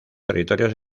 territorios